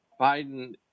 Biden